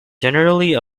generally